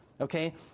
Okay